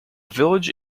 village